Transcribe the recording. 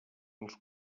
als